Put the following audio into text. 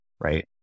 right